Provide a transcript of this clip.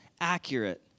accurate